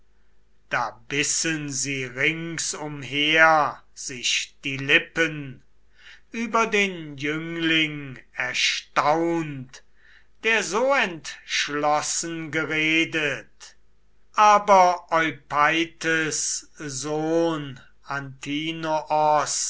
da bissen sie rings umher sich die lippen über den jüngling erstaunt der so entschlossen geredet aber eupeithes sohn